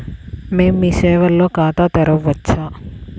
మేము మీ సేవలో ఖాతా తెరవవచ్చా?